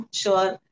sure